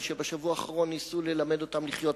שביטלו לממשיך את הזכאות.